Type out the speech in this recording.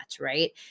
right